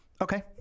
okay